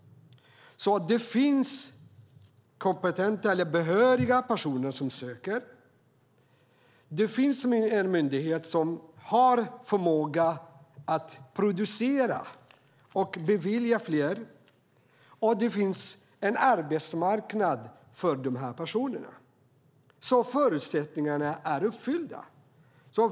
Det finns behöriga personer som söker, det finns en myndighet som har förmåga att producera och bevilja fler platser och det finns en arbetsmarknad för de här personerna. Förutsättningarna är uppfyllda.